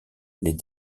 les